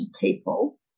people